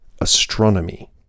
astronomy